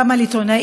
גם על עיתונאים,